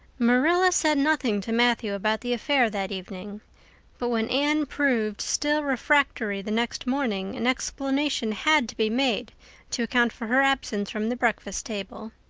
marilla said nothing to matthew about the affair that evening but when anne proved still refractory the next morning an explanation had to be made to account for her absence from the breakfast table.